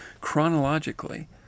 chronologically